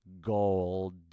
gold